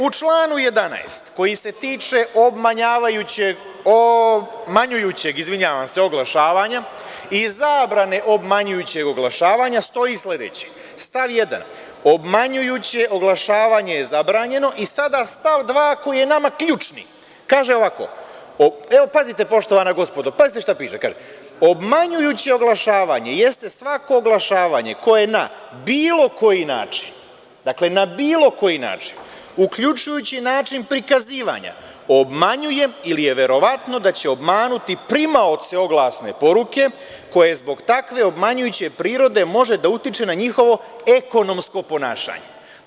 U članu 11. koji se tiče obmanjujućeg oglašavanja i zabrane obmanjujućeg oglašavanja, stoji sledeće, stav 1. – obmanjujuće oglašavanje je zabranjeno i sada stav 2, koji je nama ključni, kaže ovako, pazite poštovana gospodo, pazite šta piše – obmanjujuće oglašavanje jeste svako oglašavanje koje na bilo koji način, dakle na bilo koji način, uključujući i način prikazivanja obmanjuje ili je verovatno da će obmanuti primaoce oglasne poruke koje zbog takve obmanjujuće prirode može da utiče na njihovo ekonomsko ponašanje.